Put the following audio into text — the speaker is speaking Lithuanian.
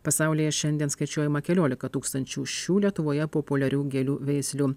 pasaulyje šiandien skaičiuojama keliolika tūkstančių šių lietuvoje populiarių gėlių veislių